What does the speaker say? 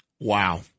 Wow